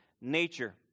nature